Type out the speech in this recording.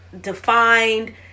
defined